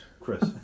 Chris